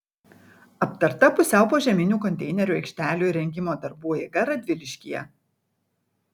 aptarta pusiau požeminių konteinerių aikštelių įrengimo darbų eiga radviliškyje